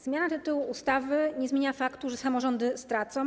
Zmiana tytułu ustawy nie zmienia faktu, że samorządy stracą.